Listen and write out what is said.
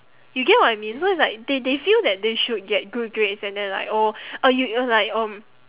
you get what I mean so it's like they they feel that they should get good grades and then like oh uh you you're like um